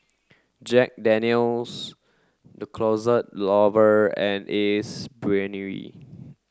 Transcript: Jack Daniel's The Closet Lover and Ace Brainery